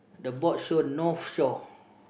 the board show North Shore